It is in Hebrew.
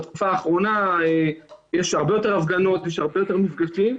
בתקופה האחרונה יש הרבה יותר הפגנות והרבה יותר מפגשים,